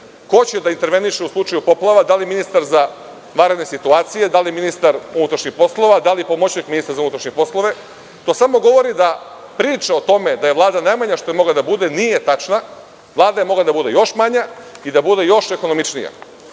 Ko će da interveniše u slučaju poplava, da li ministar za vanredne situacije, da li ministar unutrašnjih poslova, da li pomoćnik ministra za unutrašnje poslove? To samo govori da priča o tome da je Vlada najmanja što je mogla da bude nije tačna. Vlada je mogla da bude još manja i da bude još ekonomičnija. Nemojte